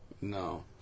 No